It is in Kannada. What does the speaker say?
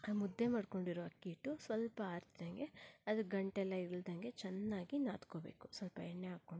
ಆ ಮುದ್ದೆ ಮಾಡ್ಕೊಂಡಿರೊ ಅಕ್ಕಿ ಹಿಟ್ಟು ಸ್ವಲ್ಪ ಆರ್ತಿದ್ದಂಗೆ ಅದು ಗಂಟೆಲ್ಲ ಇಲ್ಲದಂಗೆ ಚೆನ್ನಾಗಿ ನಾದ್ಕೊಬೇಕು ಸ್ವಲ್ಪ ಎಣ್ಣೆ ಹಾಕ್ಕೊಂಡು